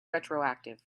retroactive